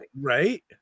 right